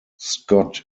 scott